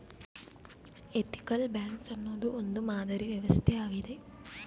ethical banks ಅನ್ನೋದು ಒಂದು ಮಾದರಿ ವ್ಯವಸ್ಥೆ ಆಗಿದೆ